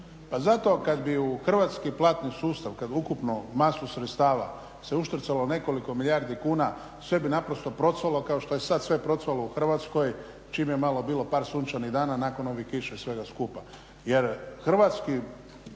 Pa zato kada bi u hrvatski platni sustav, kada ukupno masu sredstava se uštrcalo nekoliko milijardi kuna sve bi naprosto procvalo kao što je sada sve procvalo u Hrvatskoj, čim je malo bilo par sunčanih dana nakon ovih kiša i svega skupa.